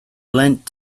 lent